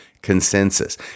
consensus